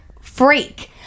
freak